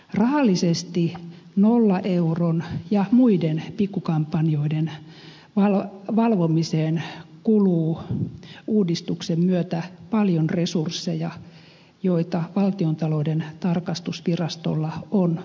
rahallisesti nollan euron ja muiden pikkukampanjoiden valvomiseen kuluu uudistuksen myötä paljon resursseja joita valtiontalouden tarkastusvirastolla on niukasti